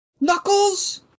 Knuckles